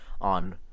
on